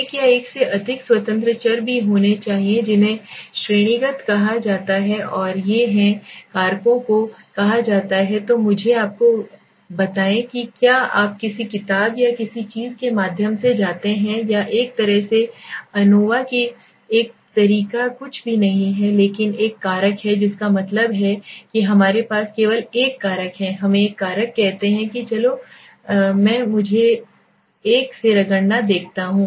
एक या एक से अधिक स्वतंत्र चर भी होने चाहिए जिन्हें श्रेणीगत कहा जाता है और ये हैं कारकों को कहा जाता है तो मुझे आपको बताएं कि क्या आप किसी किताब या किसी चीज के माध्यम से जाते हैं या एक तरह से ANOVAs एक तरीका कुछ भी नहीं है लेकिन एक कारक है जिसका मतलब है कि हमारे पास केवल एक कारक है हमें एक कारक कहते हैं कि चलो कहते हैं कि मैं मुझे इस एक को रगड़ना देखना चाहता हूं